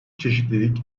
çeşitlilik